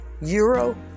Euro